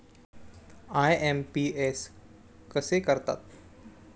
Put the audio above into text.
IMPS कसे करतात?